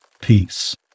peace